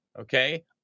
Okay